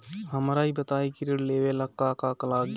हमरा ई बताई की ऋण लेवे ला का का लागी?